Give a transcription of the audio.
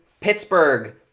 Pittsburgh